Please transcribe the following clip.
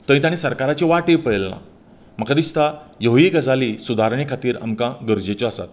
थंय ताणें सरकाराची वाटय पयल्ले ना म्हाका दिसतां ह्योयी गजाली सुदारणें खातीर आमकां गरजेच्यो आसा